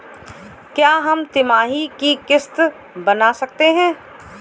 क्या हम तिमाही की किस्त बना सकते हैं?